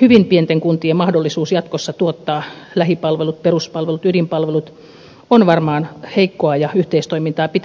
hyvin pienten kuntien mahdollisuus jatkossa tuottaa lähipalvelut peruspalvelut ydinpalvelut on varmaan heikkoa ja yhteistoimintaa pitää lisätä